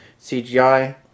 CGI